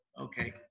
Okay